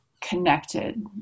connected